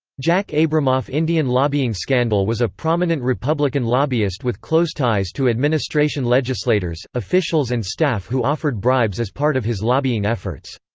jack abramoff indian lobbying scandal was a prominent republican lobbyist with close ties to administration legislators, officials and staff who offered bribes as part of his lobbying efforts.